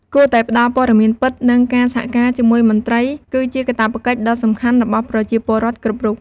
គួរតែផ្ដល់ព័ត៌មានពិត និងការសហការជាមួយមន្ត្រី គឺជាកាតព្វកិច្ចដ៏សំខាន់របស់ប្រជាពលរដ្ឋគ្រប់រូប។